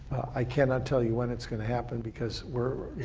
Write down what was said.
i cannot tell you when it's gonna happen because we're,